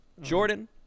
Jordan